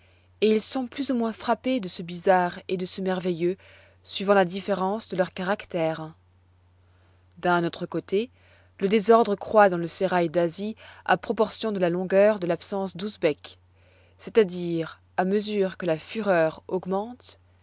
et ils sont plus ou moins frappés de ce bizarre et de ce merveilleux suivant la différence de leurs caractères d'un autre côté le désordre croît dans le sérail d'asie à proportion de la longueur de l'absence d'usbek c'est-à-dire à mesure que la fureur augmente